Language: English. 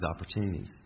opportunities